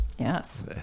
Yes